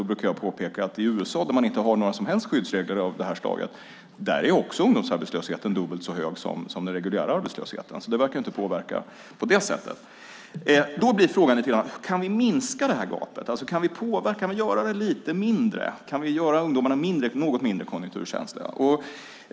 Då brukar jag påpeka att i USA, där man inte har några som helst skyddsregler av det här slaget, är ungdomsarbetslösheten också dubbelt så hög som den reguljära arbetslösheten. Det verkar inte påverka på det sättet. Frågan är om vi kan minska det här gapet? Kan vi påverka och göra det lite mindre? Kan vi göra ungdomarna något mindre konjunkturkänsliga?